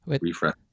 refresh